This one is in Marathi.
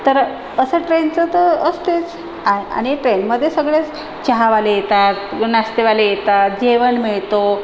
तर असं ट्रेनचं तर असतेच आ आणि ट्रेनमध्ये सगळंच चहावाले येतात नाष्टेवाले येतात जेवण मिळतो